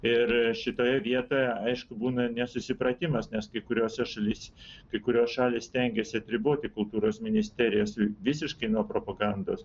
ir šitoje vietoje aišku būna nesusipratimas nes kai kuriose šalyse kai kurios šalys stengiasi atriboti kultūros ministerijas visiškai nuo propagandos